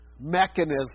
mechanism